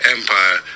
Empire